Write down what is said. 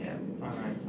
alright